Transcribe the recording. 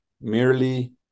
merely